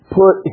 put